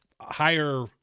higher